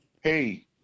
Hey